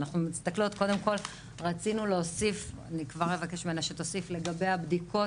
קודם כל רצינו להוסיף דבר אחד לגבי הבדיקות,